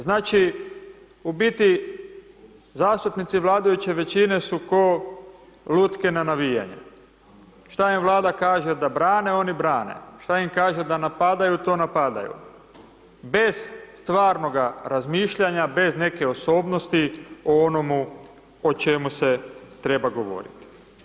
Znači, u biti, zastupnici vladajuće većine su ko lutke na navijanje, šta im Vlada kaže da brane, oni brane, šta im kaže da napadaju, to napadaju, bez stvarnoga razmišljanja, bez neke osobnosti o onomu o čemu se treba govoriti.